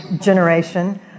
generation